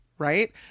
right